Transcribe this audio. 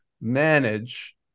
manage